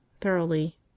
thoroughly